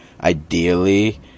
Ideally